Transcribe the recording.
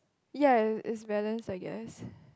ya is is balance I guess